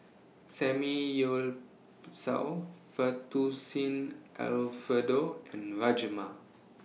Samgyeopsal Fettuccine Alfredo and Rajma